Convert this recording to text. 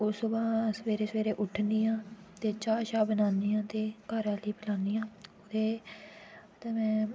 रोज़ सुबह् सबैह्रे सबैह्रे उट्ठनी आं ते चाह् शाह् बनानी आं ते घरै आह्ले पलानी आं ते ते में